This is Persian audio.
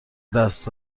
دست